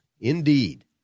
Indeed